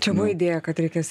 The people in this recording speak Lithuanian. čia buvo idėja kad reikės